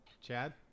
Chad